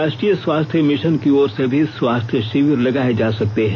राष्ट्रीय स्वास्थ्य मिशन की ओर से भी स्वास्थ्य शिविर लगाए जा सकते हैं